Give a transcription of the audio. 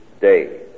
day